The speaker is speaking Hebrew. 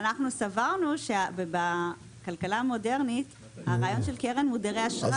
אנחנו סברנו שבכלכלה המודרנית הרעיון של קרן מודרי אשראי